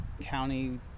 County